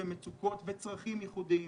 מצוקות וצרכים ייחודיים.